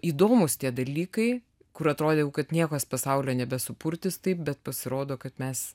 įdomūs tie dalykai kur atrodė jau kad niekas pasaulio nebesupurtys taip bet pasirodo kad mes